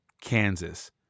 Kansas